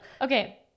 okay